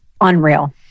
unreal